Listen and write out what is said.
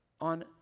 on